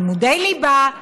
לימודי ליבה,